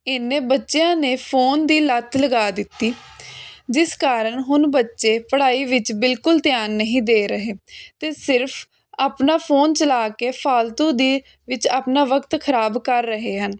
ਇਨੇ ਬੱਚਿਆਂ ਨੇ ਫੋਨ ਦੀ ਲੱਤ ਲਗਾ ਦਿੱਤੀ ਜਿਸ ਕਾਰਨ ਹੁਣ ਬੱਚੇ ਪੜ੍ਹਾਈ ਵਿੱਚ ਬਿਲਕੁਲ ਧਿਆਨ ਨਹੀਂ ਦੇ ਰਹੇ ਤੇ ਸਿਰਫ ਆਪਣਾ ਫੋਨ ਚਲਾ ਕੇ ਫਾਲਤੂ ਦੇ ਵਿੱਚ ਆਪਣਾ ਵਕਤ ਖਰਾਬ ਕਰ ਰਹੇ ਹਨ